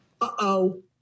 Uh-oh